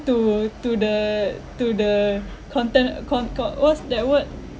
to to the to the content conco~ what's that word